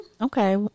Okay